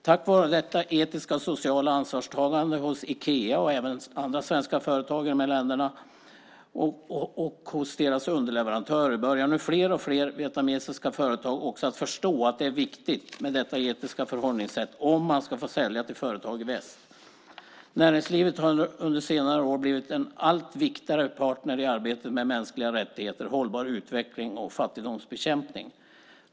Tack vare detta etiska och sociala ansvarstagande hos Ikea och andra svenska företag i dessa länder och hos deras underleverantörer börjar nu fler och fler vietnamesiska företag förstå att det är viktigt med detta etiska förhållningssätt om man ska få sälja till företag i väst. Näringslivet har under senare år blivit en allt viktigare partner i arbetet med mänskliga rättigheter, hållbar utveckling och fattigdomsbekämpning.